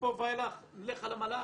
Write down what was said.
ופה ואילך לך על המל"ג,